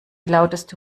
lauteste